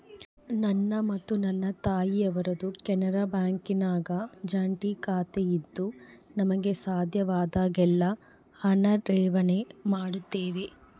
ನನ್ನ ಮತ್ತು ನನ್ನ ತಾಯಿಯವರದ್ದು ಕೆನರಾ ಬ್ಯಾಂಕಿನಾಗ ಜಂಟಿ ಖಾತೆಯಿದ್ದು ನಮಗೆ ಸಾಧ್ಯವಾದಾಗೆಲ್ಲ ಹಣ ಠೇವಣಿ ಮಾಡುತ್ತೇವೆ